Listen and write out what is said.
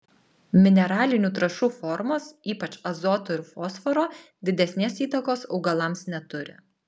mineralinių trąšų formos ypač azoto ir fosforo didesnės įtakos augalams neturi